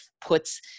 puts